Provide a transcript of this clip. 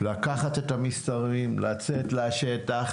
לקחת את המסמכים, לצאת לשטח.